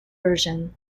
version